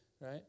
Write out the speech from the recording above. right